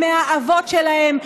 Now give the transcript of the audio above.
האבות שלהן,